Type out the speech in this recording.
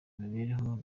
mibereho